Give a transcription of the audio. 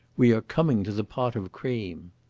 we are coming to the pot of cream.